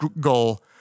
goal